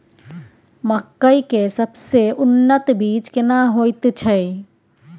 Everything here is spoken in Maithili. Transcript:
मकई के सबसे उन्नत बीज केना होयत छै?